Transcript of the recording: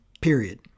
period